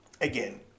again